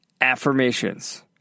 affirmations